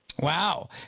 Wow